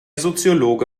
soziologe